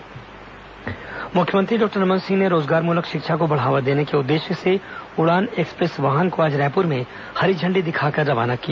उड़ान एक्सप्रेस मुख्यमंत्री डॉक्टर रमन सिंह ने रोजगारमूलक शिक्षा को बढ़ावा देने के उद्देश्य से उड़ान एक्सप्रेस वाहन को आज रायपुर में हरी झंडी दिखाकर रवाना किया